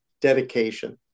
dedication